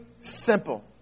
simple